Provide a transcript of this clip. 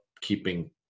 keeping